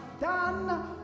done